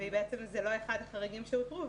והיא לא אחד החריגים שהותרו.